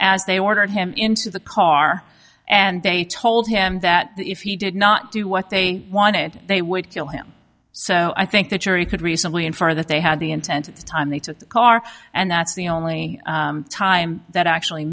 as they ordered him into the car and they told him that if he did not do what they wanted they would kill him so i think the jury could recently infer that they had the intent at the time they took the car and that's the only time that actually